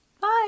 Bye